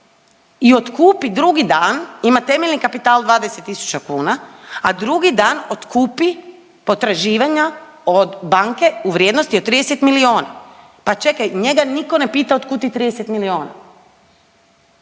i otkupi drugi dan, ima temeljni kapital 20000 kuna, a drugi dan otkupi potraživanja od banke u vrijednosti od 30 milijona. Pa čekaj, njega nitko ne pita od kud ti 30 milijona?